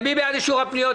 מי בעד אישור הפנייה?